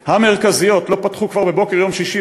המרכזיות לא פתחו כבר בבוקר יום שישי,